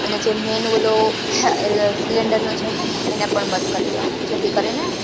અને જે મેન ઓલો એ સિલિન્ડરનો જે હોય ને એને પણ બંધ કરી દેવાનો જેથી કરીને